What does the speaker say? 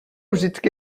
vždycky